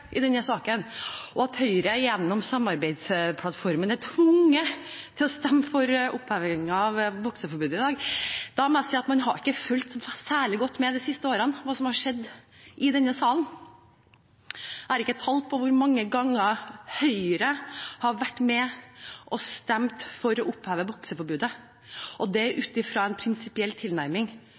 i denne saken, og at Høyre gjennom samarbeidsplattformen er tvunget til å stemme for oppheving av bokseforbudet i dag. Da må jeg si at man ikke har fulgt særlig godt med de siste årene på hva som har skjedd i denne salen. Jeg har ikke tall på hvor mange ganger Høyre har vært med og stemt for å oppheve bokseforbudet, og det ut fra en prinsipiell tilnærming.